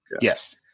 Yes